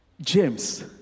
James